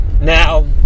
now